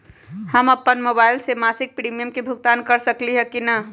हम अपन मोबाइल से मासिक प्रीमियम के भुगतान कर सकली ह की न?